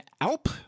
Alp